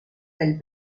del